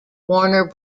warner